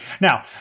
Now